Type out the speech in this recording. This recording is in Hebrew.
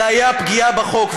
זה היה פגיעה בחוק,